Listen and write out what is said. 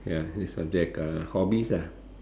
ya is something like a hobbies lah